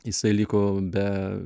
jisai liko be